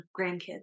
grandkids